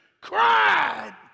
cried